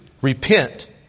repent